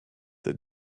the